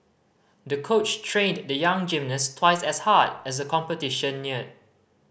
the coach trained the young gymnast twice as hard as a competition neared